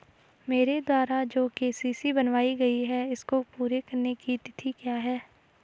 मेरे द्वारा जो के.सी.सी बनवायी गयी है इसको पूरी करने की तिथि क्या है?